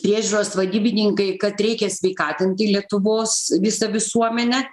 priežiūros vadybininkai kad reikia sveikatinti lietuvos visą visuomenę